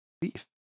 beef